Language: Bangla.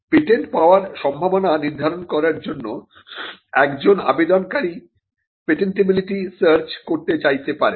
পেটেন্ট পাবার সম্ভাবনা নির্ধারণ করার জন্য একজন আবেদনকারী পেটেন্টিবিলিটি সার্চ করতে চাইতে পারেন